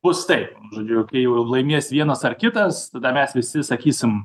bus taip žodžiu kai jau laimės vienas ar kitas tada mes visi sakysim